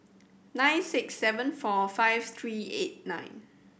nine six seven four five three eight nine